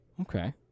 Okay